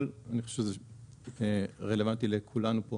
אני חושב שזה רלוונטי לכולנו פה